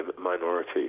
minority